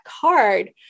card